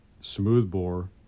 smoothbore